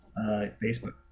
Facebook